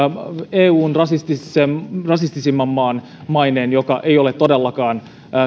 eun rasistisimman rasistisimman maan maineen joka ei ole todellakaan